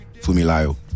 Fumilayo